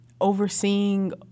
overseeing